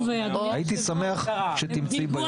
הייתי שמח שתמצאי ביומן.